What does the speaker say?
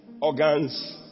organs